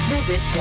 Visit